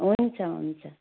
हुन्छ हुन्छ